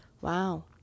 Wow